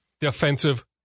defensive